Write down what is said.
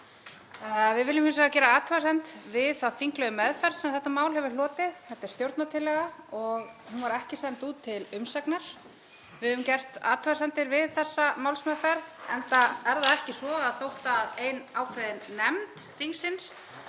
Við viljum hins vegar gera athugasemd við þá þinglegu meðferð sem þetta mál hefur hlotið. Þetta er stjórnartillaga og hún var ekki send út til umsagnar. Við höfum gert athugasemdir við þessa málsmeðferð enda er það ekki svo að þó að ein ákveðin nefnd þingsins